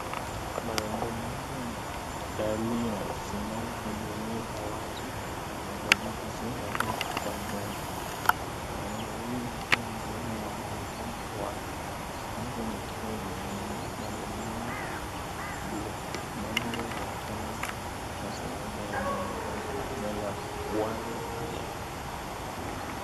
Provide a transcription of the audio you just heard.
Magari manne yaliyo simama kwenye eneo la wazi lenye jahazi la miti kwanye nyumba . Magari mawali yakiwa mbele yanaonekana wazi . Moja likiwa jeusi na lingine buluu. magari yanaonekana kwa sehemu ya maegesho za wazi.